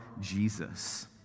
Jesus